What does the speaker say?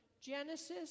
Genesis